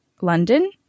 london